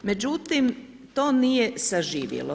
Međutim, to nije saživjelo.